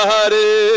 Hari